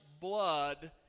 blood